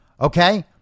okay